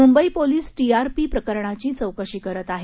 Mumbai police TRP प्रकरणाची चौकशी करत आहेत